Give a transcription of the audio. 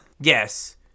yes